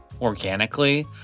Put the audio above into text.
Organically